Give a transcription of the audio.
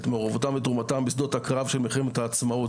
את מעורבותם ואת תרומתם בשדות הקרב של מלחמת העצמאות.